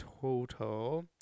total